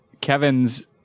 Kevin's